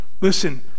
Listen